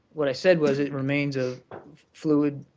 what i said was it remains a fluid,